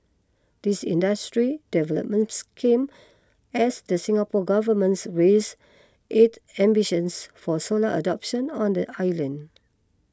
these industry developments come as the Singapore Government's raise its ambitions for solar adoption on the island